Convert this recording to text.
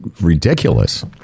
ridiculous